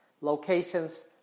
locations